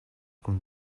kun